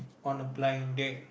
on a blind date